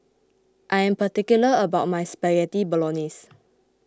I am particular about my Spaghetti Bolognese